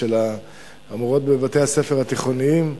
של המורות בבתי-הספר התיכוניים,